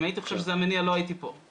אם הייתי חושב שזה המניע לא הייתי פה,